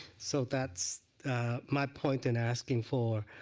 so that's my point and asking for.